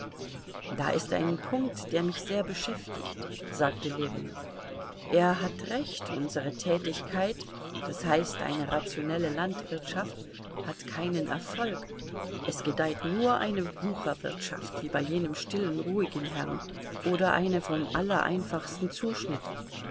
da ist ein punkt der mich sehr beschäftigt sagte ljewin er hat recht unsere tätigkeit das heißt eine rationelle landwirtschaft hat keinen erfolg es gedeiht nur eine wucherwirtschaft wie bei jenem stillen ruhigen herrn oder eine vom allereinfachsten zuschnitt